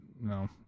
No